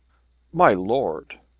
my lord!